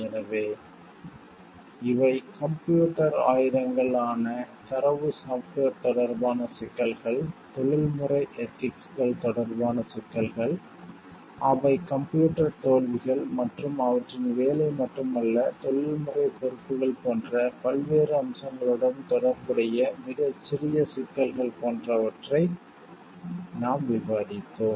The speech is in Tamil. எனவே இவை கம்ப்யூட்டர் ஆயுதங்கள் ஆன தரவு சாப்ட்வேர் தொடர்பான சிக்கல்கள் தொழில்முறை எதிக்ஸ்கள் தொடர்பான சிக்கல்கள் அவை கம்ப்யூட்டர் தோல்விகள் மற்றும் அவற்றின் வேலை மட்டுமல்ல தொழில்முறை பொறுப்புகள் போன்ற பல்வேறு அம்சங்களுடன் தொடர்புடைய மிகச் சிறிய சிக்கல்கள் போன்றவற்றை நாம் விவாதித்தோம்